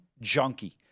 junkie